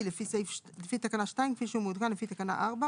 לפי תקנה 2 כפי שמעודכן לפי תקנה 4,